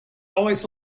always